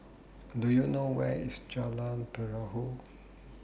Do YOU know Where IS Jalan Perahu